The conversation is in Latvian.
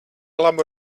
labu